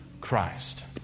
Christ